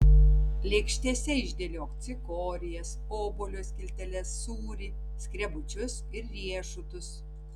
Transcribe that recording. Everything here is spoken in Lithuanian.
lėkštėse išdėliok cikorijas obuolio skilteles sūrį skrebučius ir riešutus